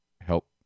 help